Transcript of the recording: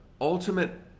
ultimate